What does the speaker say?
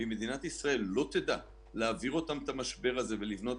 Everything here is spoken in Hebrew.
ואם מדינת ישראל לא תדע להעביר אותם את המשבר הזה ולבנות